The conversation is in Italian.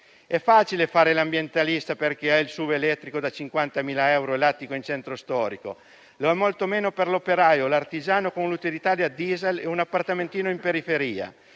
È facile fare l'ambientalista per chi ha il SUV elettrico da 50.000 euro e l'attico in centro storico; lo è molto meno per l'operaio o l'artigiano con un'utilitaria diesel e un appartamentino in periferia,